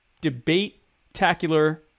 debate-tacular